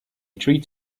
treat